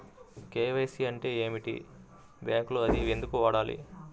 KYC అంటే ఏమిటి? బ్యాంకులో అవి ఎందుకు ఇవ్వాలి?